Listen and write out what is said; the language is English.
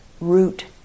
root